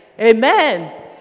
Amen